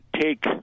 take